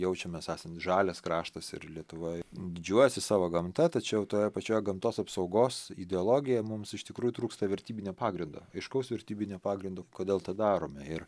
jaučiamės esant žalias kraštas ir lietuva didžiuojasi savo gamta tačiau toje pačioje gamtos apsaugos ideologijoje mums iš tikrųjų trūksta vertybinio pagrindo aiškaus vertybinio pagrindo kodėl tą darome ir